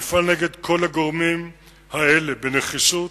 נפעל נגד כל הגורמים האלה בנחישות,